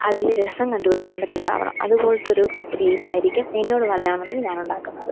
അതില് രസം കണ്ടു പിടിക്കാന് പറ്റുന്നാവണം അതുപോലത്തൊരു ഗെയിമായിരിക്കും എന്നോട് പറയാണെന്നുണ്ടെങ്കില് ഞാനുണ്ടാക്കുന്നത്